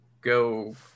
go